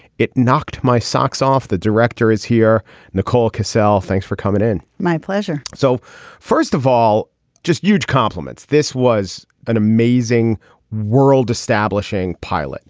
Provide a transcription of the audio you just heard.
it knocked my socks off. the director is here nicole cosell. thanks for coming in. my pleasure. so first of all just huge compliments. this was an amazing world establishing pilot